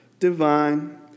divine